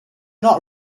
not